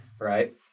right